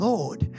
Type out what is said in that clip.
Lord